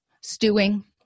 Stewing